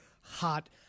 hot